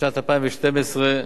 בשנת 2012,